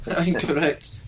Incorrect